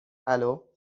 الو